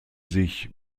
sich